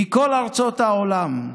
מכל ארצות העולם.